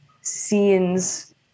scenes